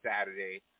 Saturday